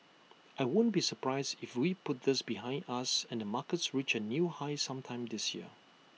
I won't be surprised if we put this behind us and the markets reach A new high sometime this year